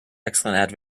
excellent